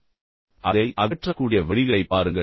பின்னர் நீங்கள் அதை அதை அகற்றக்கூடிய வழிகளைப் பாருங்கள்